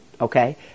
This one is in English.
okay